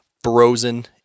frozen